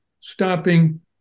stopping